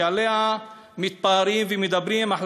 שבה מתפארים ומדברים עליה,